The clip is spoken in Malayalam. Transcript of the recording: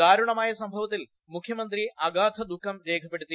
ദാരുണമായ സംഭവത്തിൽ മുഖ്യമന്ത്രി അഗാധദുഖം രേഖപ്പെടുത്തി